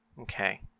Okay